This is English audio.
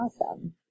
Awesome